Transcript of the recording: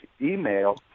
email